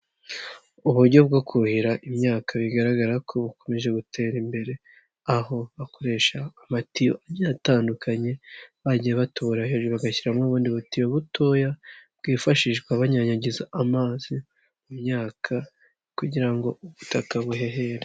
Uburyo bwo kuhira imyaka bigaragara ko bukomeje gutera imbere aho bakoresha amatiyo agiye atandukanye bagiye batobota hejuru bagashyiramo ubundi butiyo butoya bwifashishwa banyanyagiza amazi mu myaka kugira ngo ubutaka buhehere.